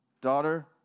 daughter